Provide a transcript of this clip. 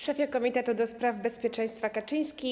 Szefie Komitetu do Spraw Bezpieczeństwa Kaczyński!